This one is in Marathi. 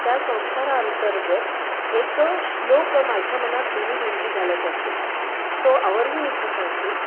त्या संस्कारा अंतर्गत एक श्लोक माझ्या मनात नेहमी रुंजी घालत असे तो अवर्जून इथं सांगते